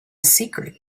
secret